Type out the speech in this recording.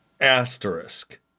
Asterisk